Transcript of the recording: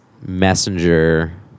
messenger